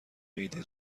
ایده